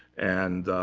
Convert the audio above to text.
and